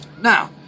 Now